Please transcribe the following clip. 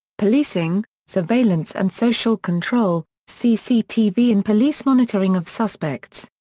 policing, surveillance and social control cctv and police monitoring of suspects.